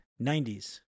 90s